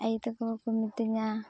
ᱟᱭᱳ ᱛᱟᱠᱚ ᱦᱚᱸᱠᱚ ᱢᱤᱛᱟᱹᱧᱟ